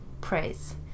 praise